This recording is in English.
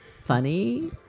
funny